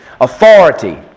Authority